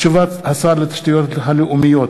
תשובת שר התשתיות הלאומיות,